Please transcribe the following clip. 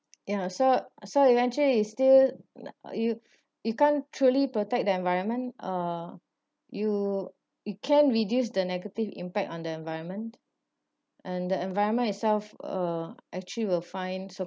ya so so eventually you still you you can't truly protect the environment uh you it can reduce the negative impact on the environment and the environment itself uh actually will find